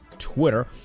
Twitter